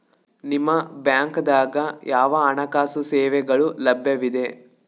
ನಿಮ ಬ್ಯಾಂಕ ದಾಗ ಯಾವ ಹಣಕಾಸು ಸೇವೆಗಳು ಲಭ್ಯವಿದೆ?